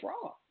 fraud